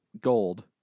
gold